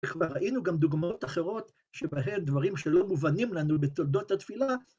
‫וכבר ראינו גם דוגמאות אחרות ‫שבהן דברים שלא מובנים לנו בתולדות התפילה.